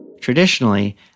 Traditionally